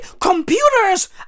Computers